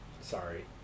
Sorry